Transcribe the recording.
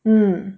mm